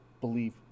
believe